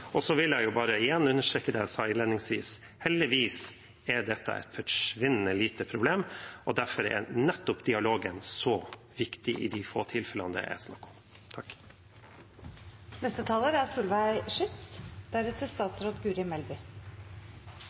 Så vil jeg bare igjen understreke det jeg sa innledningsvis: Heldigvis er dette et forsvinnende lite problem, og derfor er nettopp dialogen så viktig i de få tilfellene det er snakk om. Opplæringsloven gir ikke grunnlag for et generelt forbud mot hijab i skolen. Jeg er